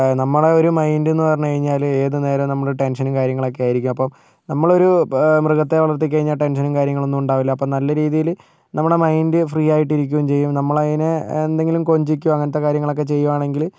നമ്മളെ ഒരു മൈന്റെന്നു പറഞ്ഞു കഴിഞ്ഞാൽ ഏതു നേരവും നമ്മൾ ടെൻഷനും കാര്യങ്ങളൊക്കെ ആയിരിക്കും അപ്പം നമ്മളൊരു മൃഗത്തെ വളർത്തി കഴിഞ്ഞാൽ ടെൻഷനും കാര്യങ്ങളൊന്നും ഉണ്ടാവില്ല അപ്പോൾ നല്ല രീതിയിൽ നമ്മുടെ മൈന്റ് ഫ്രീ ആയിട്ട് ഇരിക്കുകയും ചെയ്യും നമ്മളതിനെ എന്തെങ്കിലും കൊഞ്ചിക്കുകയോ അങ്ങനത്തെ കാര്യങ്ങൾ ചെയ്യുകയാണെങ്കിൽ